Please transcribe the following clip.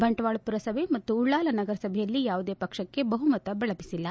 ಬಂಟ್ನಾಳ ಪುರಸಭೆ ಮತ್ತು ಉಳ್ಳಾಲ ನಗರಸಭೆಯಲ್ಲಿ ಯಾವುದೇ ಪಕ್ಷಕ್ಷೆ ಬಹುಮತ ಲಭಿಸಿಲ್ಲ